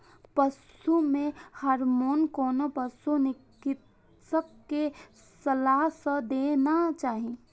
पशु मे हार्मोन कोनो पशु चिकित्सक के सलाह सं देना चाही